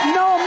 no